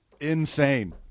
Insane